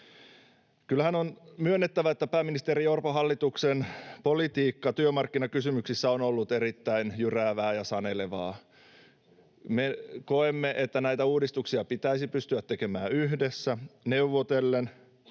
Kyllähän on myönnettävä, että pääministeri Orpon hallituksen politiikka työmarkkinakysymyksissä on ollut erittäin jyräävää ja sanelevaa. Me koemme, että näitä uudistuksia pitäisi pystyä tekemään yhdessä, neuvotellen